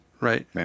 right